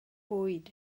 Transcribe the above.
bwyd